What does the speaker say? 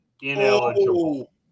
ineligible